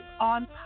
on